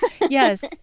yes